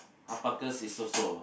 alpacas is also